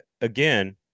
Again